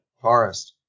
forest